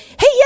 Hey